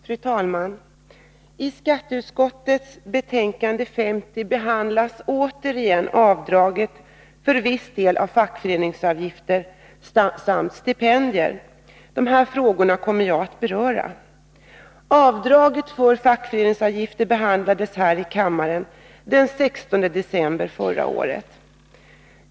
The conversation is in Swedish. Fru talman! I skatteutskottets betänkande 50 behandlas återigen avdraget för viss del av fackföreningsavgifter samt stipendier. Dessa två frågor kommer jag att beröra. Avdraget för fackföreningsavgifter behandlades här i kammaren den 16 december förra året.